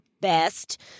best